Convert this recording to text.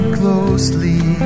closely